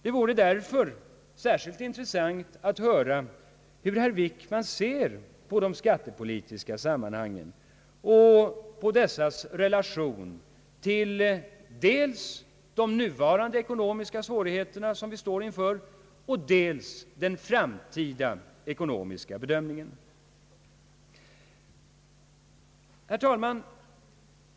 Det vore därför intressant att höra hur herr Wickman ser på de skattepolitiska sammanhangen och på dessas relation till dels de nuvarande ekonomiska svårigheter som vi står inför och dels den framtida ekonomiska bedömningen. Herr talman!